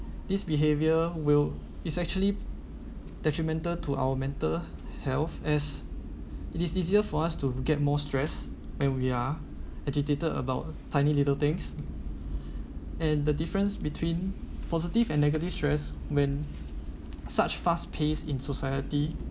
this behaviour will is actually detrimental to our mental health as it is easier for us to get more stress and we are agitated about tiny little things and the difference between positive and negative stress when such fast pace in society